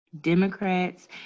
Democrats